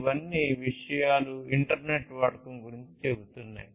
ఇవన్నీ విషయాల ఇంటర్నెట్ వాడకం గురించి చెబుతున్నాయి